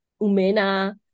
umena